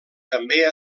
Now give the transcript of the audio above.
també